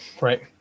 right